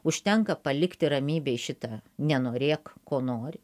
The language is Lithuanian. užtenka palikti ramybėj šitą nenorėk ko nori